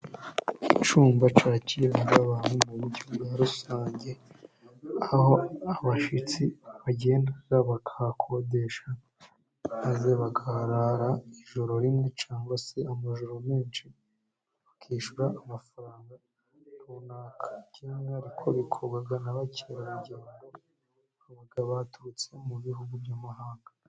Icyumba cyakira abantu mu buryo bwa rusange, aho abashyitsi bagenda bakahakodesha, maze bakaharara ijoro rimwe cyangwa se amajoro menshi. Bakishyura amafaranga runaka, cyangwa ariko bikorwa n'abakerarugendo baba baturutse mu bihugu by'amahanga.